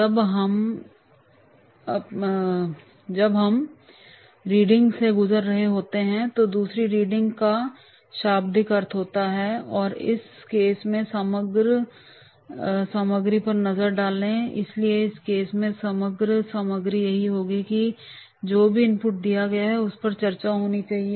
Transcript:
जब हम पहली रीडिंग से गुज़र रहे होते हैं तो दूसरी रीडिंग का शाब्दिक अर्थ होता है कि आप इस केस की समग्र सामग्री पर एक नज़र डालें इसलिए इस केस की समग्र सामग्री यही होगी कि जो भी इनपुट दिया गया है उस पर चर्चा होनी ही चाहिए